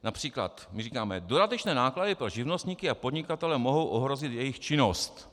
Například my říkáme: dodatečné náklady pro živnostníky a podnikatele mohou ohrozit jejich činnost.